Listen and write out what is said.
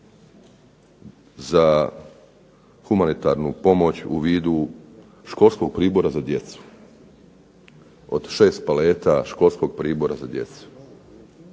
za humanitarnu pomoć u vidu školskog pribora za djecu, od 6 paleta školskog pribora za djecu.